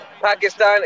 Pakistan